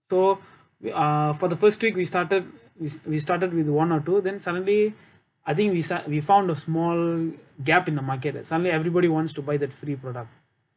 so uh for the first week we started we we started with one or two then suddenly I think we start we found a small gap in the market like suddenly everybody wants to buy that free product